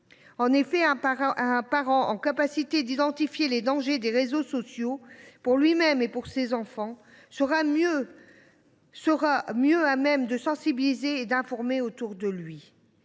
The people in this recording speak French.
En effet, un parent capable d’identifier les dangers des réseaux sociaux, pour lui même et pour ses enfants, sera mieux à même de sensibiliser ses connaissances et de les